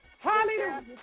Hallelujah